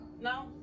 no